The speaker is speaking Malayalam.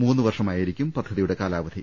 മൂന്നു വർഷമായിരിക്കും പദ്ധതിയുടെ കാലാവധി